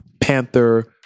panther